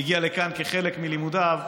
והגיע לכאן כחלק מלימודיו,